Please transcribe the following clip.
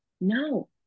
No